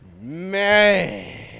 man